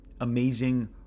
amazing